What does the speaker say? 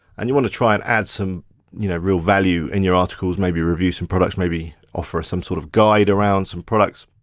and you wanna try and add some you know real value in your articles, maybe review some products, maybe offer some sort of guide around some products,